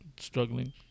Struggling